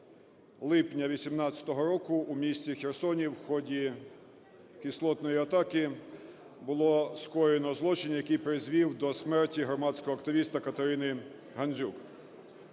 липня 2018 року у місті Херсоні в ході кислотної атаки було скоєно злочин, який призвів до смерті громадського активіста КатериниГандзюк.